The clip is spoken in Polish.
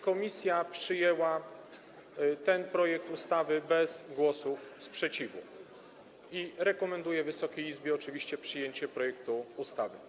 Komisje przyjęły ten projekt ustawy bez głosów sprzeciwu i rekomendują Wysokiej Izbie oczywiście przyjęcie projektu ustawy.